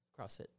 CrossFit